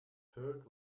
heard